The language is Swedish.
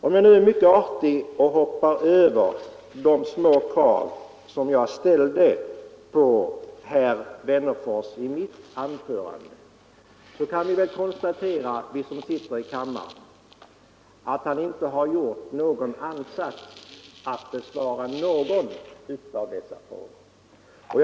Om jag nu är mycket artig och hoppar över de små krav som jag ställde på herr Wennerfors i mitt anförande, kan det väl ändå konstateras att han inte gjort någon ansats att besvara någon av de frågor som jag ställde.